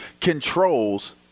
controls